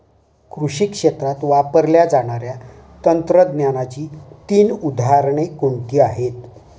कृषी क्षेत्रात वापरल्या जाणाऱ्या तंत्रज्ञानाची तीन उदाहरणे कोणती आहेत?